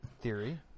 theory